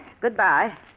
Goodbye